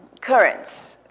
currents